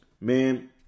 man